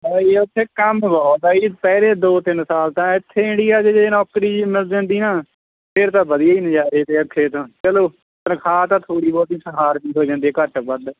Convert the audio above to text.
ਆਹੀ ਉੱਥੇ ਕੰਮ ਬਹੁਤ ਆ ਜੀ ਪਹਿਲੇ ਦੋ ਤਿੰਨ ਸਾਲ ਤਾਂ ਇੱਥੇ ਇੰਡੀਆ 'ਚ ਜੇ ਨੌਕਰੀ ਜਿਹੀ ਮਿਲ ਜਾਂਦੀ ਨਾ ਫਿਰ ਤਾਂ ਵਧੀਆ ਹੀ ਨਜ਼ਾਰੇ ਤੇ ਇੱਥੇ ਤਾਂ ਚਲੋ ਤਨਖ਼ਾਹ ਤਾਂ ਥੋੜ੍ਹੀ ਬਹੁਤੀ ਸਹਾਰ ਵੀ ਹੋ ਜਾਂਦੀ ਘੱਟ ਵੱਧ